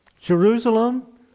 Jerusalem